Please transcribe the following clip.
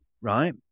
right